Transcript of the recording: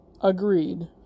agreed